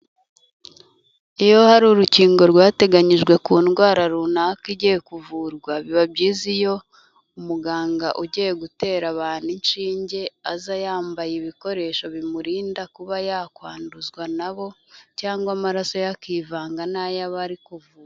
Iyo hari urukingo rwateganyijwe ku ndwara runaka igiye kuvurwa, biba byiza iyo umuganga ugiye gutera abantu inshinge, aza yambaye ibikoresho bimurinda kuba yakwanduzwa nabo cyangwa amaraso ye akivanga na y'abari kuvura.